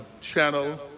channel